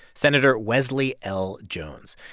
senator wesley l. jones.